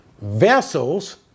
vessels